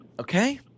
okay